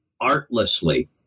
artlessly